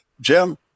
Jim